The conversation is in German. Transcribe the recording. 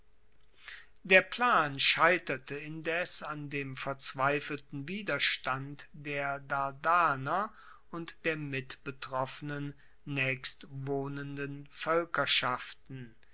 der plan scheiterte indes an dem verzweifelten widerstand der dardaner und der mitbetroffenen naechstwohnenden